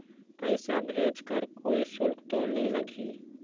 पइसा भेज कर कोई शुल्क तो नी लगही?